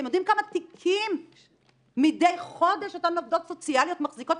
אתם יודעים כמה תיקים אותן עובדות סוציאליות מחזיקות מדיי חודש?